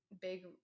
big